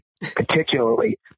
particularly